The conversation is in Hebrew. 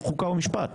חוק ומשפט,